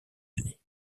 unis